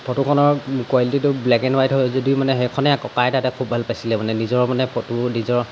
ফটোখনৰ কোৱালিটিটো black and white হয় যদিও মানে সেইখনেই ককা আইতাহঁতে খুব ভাল পাইছিলে মানে নিজৰ মানে ফটো নিজৰ